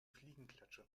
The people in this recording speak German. fliegenklatsche